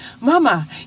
mama